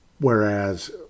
whereas